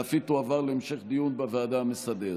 ואף היא תועבר להמשך דיון בוועדה המסדרת.